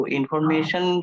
information